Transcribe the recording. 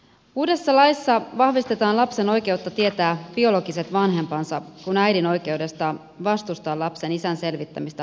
uudessa laissa vahvistetaan lapsen oikeutta tietää biologiset vanhempansa kun äidin oikeudesta vastustaa lapsen isän selvittämistä luovutaan